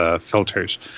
filters